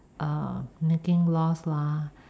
uh making loss lah